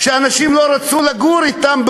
אנשים לא רצו לגור אתם.